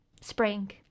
spring